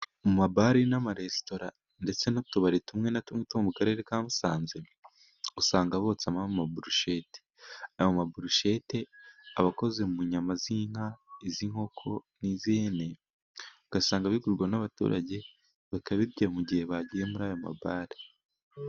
Mu mabare n'amaresitora ndetse n'utubari tumwe na tumwe two mu karere ka Musanze , usanga botsamo amaburushete. Ayo maburushete aba akoze mu nyama z'inka , iz'inkoko n'iz'ihene . Ugasanga bigurwa n'abaturage , bakabirya mu gihe bagiye muri ayo mabare.